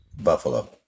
Buffalo